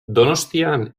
donostian